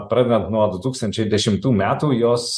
pradedant nuo du tūkstančiai dešimtų metų jos